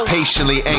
Patiently